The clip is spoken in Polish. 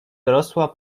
dorosła